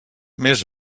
més